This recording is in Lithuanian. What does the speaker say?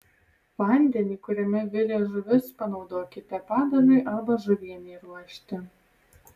vandenį kuriame virė žuvis panaudokite padažui arba žuvienei ruošti